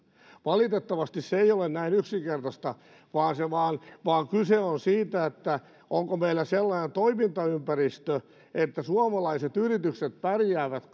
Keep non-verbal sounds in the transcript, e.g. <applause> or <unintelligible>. valitettavasti se ei ole näin yksinkertaista vaan vaan kyse on siitä onko meillä sellainen toimintaympäristö että suomalaiset yritykset pärjäävät <unintelligible>